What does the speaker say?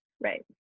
Right